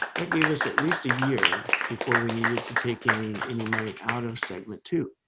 that gave us at least a year before we needed to take any any money out of segment two.